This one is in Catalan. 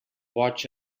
boig